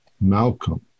Malcolm